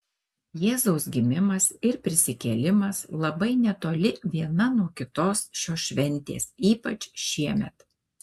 jėzaus gimimas ir prisikėlimas labai netoli viena nuo kitos šios šventės ypač šiemet